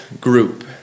group